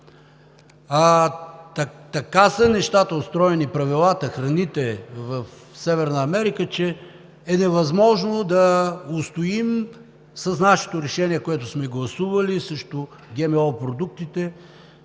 а така са устроени нещата, правилата, храните в Северна Америка, че е невъзможно да устоим с нашето решение, което сме гласували срещу ГМО продуктите.